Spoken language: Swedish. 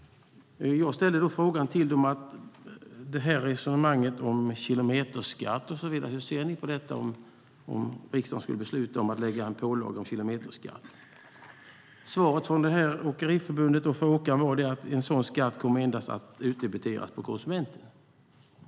Jag ställde frågan till dem hur de ser på resonemanget om kilometerskatt och om riksdagen skulle besluta om en pålaga som kilometerskatten. Svaret från Sveriges Åkeriföretag och från åkaren var att en sådan skatt endast kommer att utdebiteras på konsumenten.